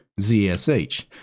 ZSH